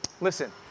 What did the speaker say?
listen